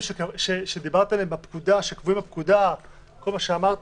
שקבועים בפקודה ואת כל מה שאמרת,